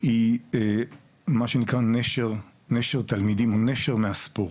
נקודה ראשונה היא מה שנקרא נשר תלמידים או נשר מהספורט,